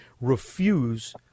Refuse